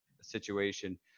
situation